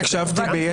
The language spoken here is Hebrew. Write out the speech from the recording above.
לא.